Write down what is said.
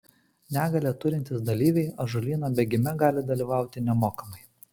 negalią turintys dalyviai ąžuolyno bėgime gali dalyvauti nemokamai